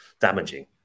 damaging